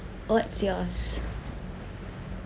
what's yours